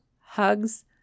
hugs